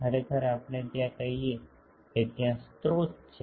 ખરેખર આપણે ત્યાં કહીએ કે ત્યાં સ્રોત છે